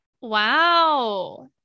Wow